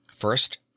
first